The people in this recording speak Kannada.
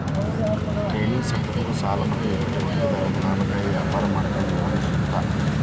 ಟ್ರೇಡಿಂಗ್ ಸೆಕ್ಯುರಿಟಿಗಳ ಸಾಲ ಮತ್ತ ಇಕ್ವಿಟಿ ಹೂಡಿಕೆಯಾಗಿದ್ದ ಲಾಭಕ್ಕಾಗಿ ವ್ಯಾಪಾರ ಮಾಡಕ ನಿರ್ವಹಣೆ ಯೋಜಿಸುತ್ತ